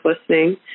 listening